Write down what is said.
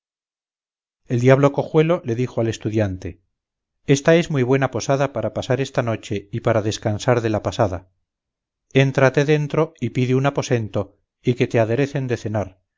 el diablo cojuelo le dijo al estudiante ésta es muy buena posada para pasar esta noche y para descansar de la pasada éntrate dentro y pide un aposento y que te aderecen de cenar